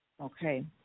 Okay